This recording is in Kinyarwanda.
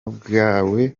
bwawe